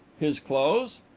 his clothes?